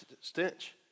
stench